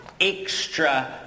extra